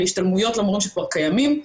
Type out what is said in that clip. להשתלמויות למורים שכבר קיימים,